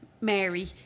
mary